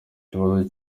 ibibazo